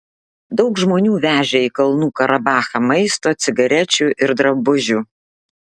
daug žmonių vežė į kalnų karabachą maisto cigarečių ir drabužių